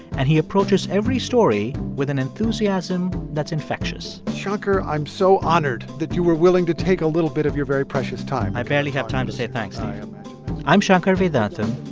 and he approaches every story with an enthusiasm that's infectious shankar, i'm so honored that you were willing to take a little bit of your very precious time i barely have time to say thanks, steve i'm shankar vedantam,